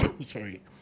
sorry